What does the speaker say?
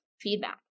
feedback